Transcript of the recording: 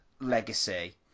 legacy